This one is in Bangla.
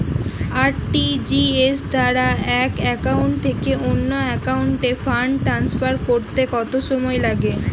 আর.টি.জি.এস দ্বারা এক একাউন্ট থেকে অন্য একাউন্টে ফান্ড ট্রান্সফার করতে কত সময় লাগে?